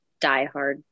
diehard